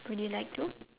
you like to